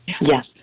Yes